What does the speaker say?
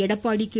Edappadi K